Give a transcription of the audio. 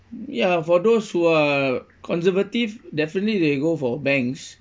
ya for those who are conservative definitely they go for banks